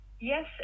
Yes